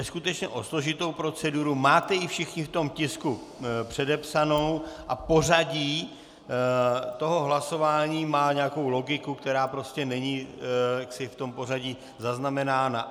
Jde skutečně o složitou proceduru, máte ji všichni v tom tisku předepsanou a pořadí hlasování má nějakou logiku, která prostě není v tom pořadí zaznamenána.